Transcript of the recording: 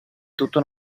tutto